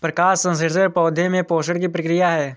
प्रकाश संश्लेषण पौधे में पोषण की प्रक्रिया है